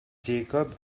jacob